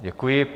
Děkuji.